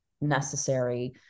necessary